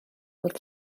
wrth